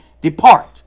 depart